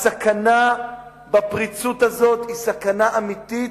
הסכנה בפריצות הזאת היא סכנה אמיתית,